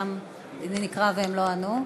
ששמם נקרא והם לא ענו.